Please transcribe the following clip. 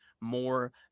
more